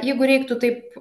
jeigu reiktų taip